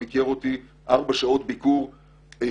הוא ביקר אותי ארבע שעות ביקור איכותי,